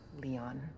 Leon